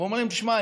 ואומרים: תשמע,